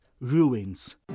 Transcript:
ruins